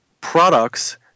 products